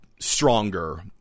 stronger